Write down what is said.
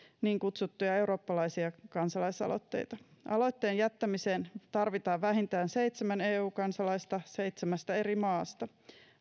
niin kutsuttuja eurooppalaisia kansalaisaloitteita aloitteen jättämiseen tarvitaan vähintään seitsemän eu kansalaista seitsemästä eri maasta